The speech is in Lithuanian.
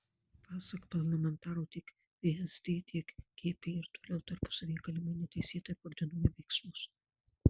pasak parlamentaro tiek vsd tiek gp ir toliau tarpusavyje galimai neteisėtai koordinuoja veiksmus